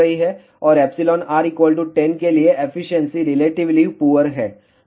और εr 10 के लिएएफिशिएंसी रिलेटिवली पुअर है